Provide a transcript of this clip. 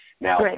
Now